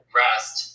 rest